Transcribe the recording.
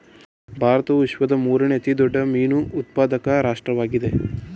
ಭಾರತವು ವಿಶ್ವದ ಮೂರನೇ ಅತಿ ದೊಡ್ಡ ಮೀನು ಉತ್ಪಾದಕ ರಾಷ್ಟ್ರವಾಗಿದೆ